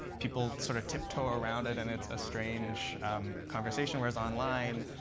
people sort of tiptoe around it, and it's a strange conversation, whereas online,